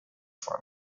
for